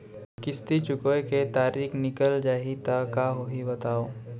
किस्ती चुकोय के तारीक निकल जाही त का होही बताव?